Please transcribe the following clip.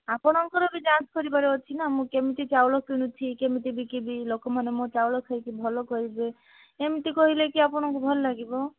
ଆପଣଙ୍କର ବି ଯାଞ୍ଚ କରିବାର ଅଛି ନା ମୁଁ କେମିତି ଚାଉଳ କିଣୁଛି କେମିତି ବିକିବି ଲୋକମାନେ ମୋ ଚାଉଳ ଖାଇକି ଭଲ କହିବେ ଏମିତି କହିଲେ କି ଆପଣଙ୍କୁ ଭଲ ଲାଗିବ